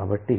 కాబట్టి